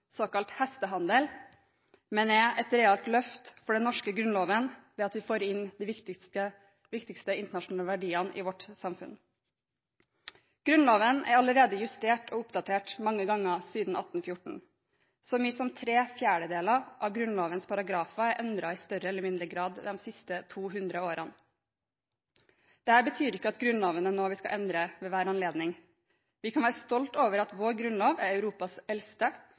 såkalt hestehandel, men er et realt løft for den norske grunnloven, ved at vi får inn de viktigste internasjonale verdiene i vårt samfunn. Grunnloven er allerede justert og oppdatert mange ganger siden 1814 – så mye som tre fjerdedeler av Grunnlovens paragrafer er endret i større eller mindre grad de siste 200 årene. Dette betyr ikke at Grunnloven er noe vi skal endre ved enhver anledning. Vi kan være stolte over at vår grunnlov er Europas eldste